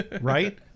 Right